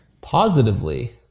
Positively